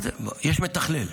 יש מתכלל.